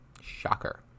Shocker